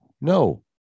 No